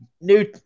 new